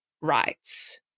rights